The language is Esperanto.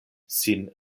sin